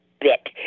bit